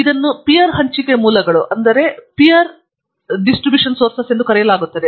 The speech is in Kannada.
ಆದ್ದರಿಂದ ಇದನ್ನು ಪೀರ್ ಹಂಚಿಕೆ ಮೂಲಗಳು ಎಂದು ಕರೆಯಲಾಗುತ್ತದೆ